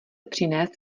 přinést